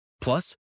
plus